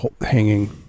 hanging